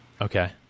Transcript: Okay